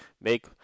make